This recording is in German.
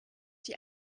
die